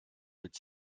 mit